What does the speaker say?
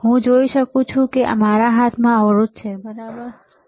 જો હું જોઈ શકું કે આ મારા હાથમાં અવરોધ છે બરાબર ને